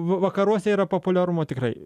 v vakaruose yra populiarumo tikrai